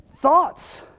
thoughts